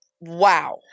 Wow